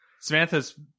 Samantha's